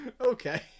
Okay